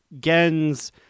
Gen's